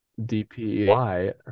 DPY